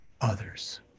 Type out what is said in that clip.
others